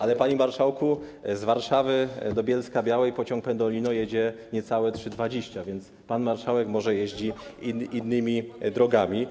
Ale, panie marszałku, z Warszawy do Bielska-Białej pociąg Pendolino jedzie niecałe 3 godziny 20 minut, więc pan marszałek może jeździ innymi drogami.